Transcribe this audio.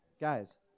Guys